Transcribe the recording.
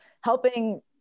helping